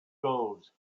goes